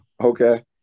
Okay